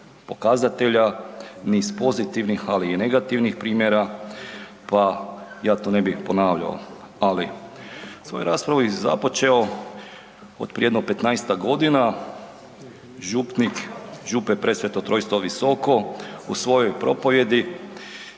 pokazatelja, niz pozitivnih, ali i negativnih primjera pa ja to ne bih ponavljao. Ali bih svoju raspravu započeo od prije jedno 15-ak godina župnik Župe Presveto trojstvo Visoko u svojoj propovjedi